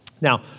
Now